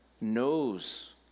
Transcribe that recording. knows